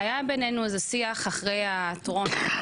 היה בינינו איזה שיח אחרי הטרום,